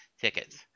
tickets